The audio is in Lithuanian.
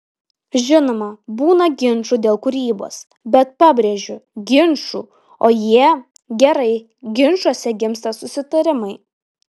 žinoma būna ginčų dėl kūrybos bet pabrėžiu ginčų o jie gerai ginčuose gimsta susitarimai